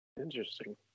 Interesting